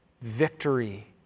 victory